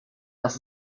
das